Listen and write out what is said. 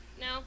No